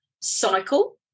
cycle